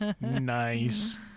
Nice